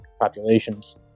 populations